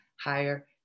higher